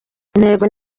intego